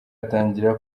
atangira